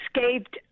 escaped